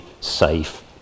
safe